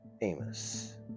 Amos